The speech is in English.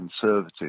conservative